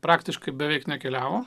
praktiškai beveik nekeliavo